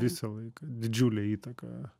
visą laiką didžiulę įtaką